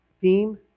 theme